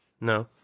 No